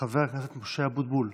חבר הכנסת משה אבוטבול,